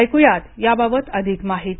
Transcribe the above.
ऐकूया त्याबाबत अधिक माहिती